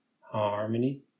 harmony